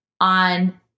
on